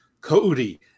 Cody